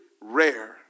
rare